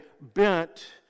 bent